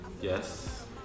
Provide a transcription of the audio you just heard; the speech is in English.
Yes